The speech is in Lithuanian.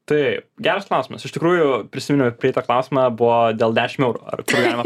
taip geras klausimas iš tikrųjų prisiminiau tai tą klausime buvo dėl dešim eurų ar kur galima